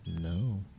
No